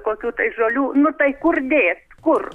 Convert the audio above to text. kokių tai žolių nu tai kur dėt kur